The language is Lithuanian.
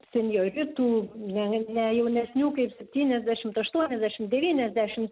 senjoritų ne ne jaunesnių kaip septyniasdešimt aštuoniasdešimt devyniasdešimt